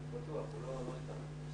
הוא לא איתנו.